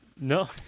No